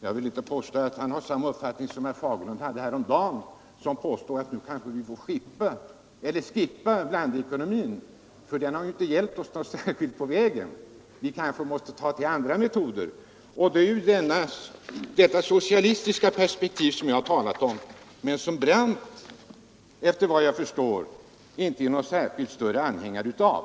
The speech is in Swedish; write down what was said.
Jag vill inte påstå att han har samma uppfattning som herr Fagerlund hade häromdagen i en debatt i denna kammare då han hävdade den meningen att vi kanske borde slippa blandekonomin eftersom den inte gett oss särskilt mycket på vägen. Vi måste kanske ta till andra metoder, och det är ju detta socialistiska perspektiv som jag har talat om men som herr Brandt, efter vad jag förstår, inte är någon anhängare av.